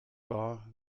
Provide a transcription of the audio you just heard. wahr